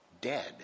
Dead